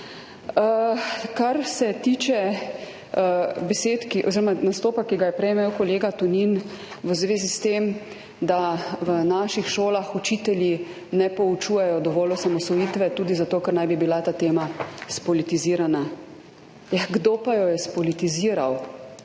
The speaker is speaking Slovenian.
Kar se tiče nastopa, ki ga je prej imel kolega Tonin v zvezi s tem, da v naših šolah učitelji ne poučujejo dovolj osamosvojitve tudi zato, ker naj bi bila ta tema spolitizirana. Ja kdo pa jo je spolitiziral,